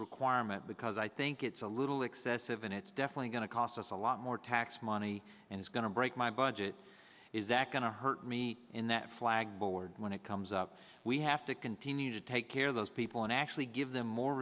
requirement because i think it's a little excessive and it's definitely going to cost us a lot more tax money and it's going to break my budget is that going to hurt me in that flag board when it comes up we have to continue to take care of those people and actually give them more